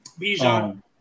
Bijan